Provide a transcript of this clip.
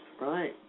Right